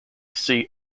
seat